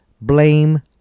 blame